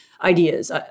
ideas